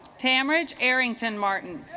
tamra jh arrington martin